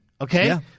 Okay